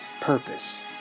purpose